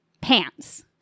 pants